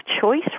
choice